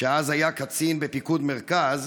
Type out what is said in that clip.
שאז היה קצין בפיקוד המרכז,